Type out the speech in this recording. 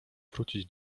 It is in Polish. wrócić